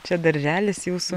čia darželis jūsų